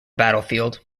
battlefield